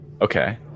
Okay